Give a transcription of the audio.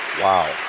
Wow